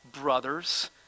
brothers